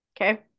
Okay